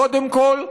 קודם כול,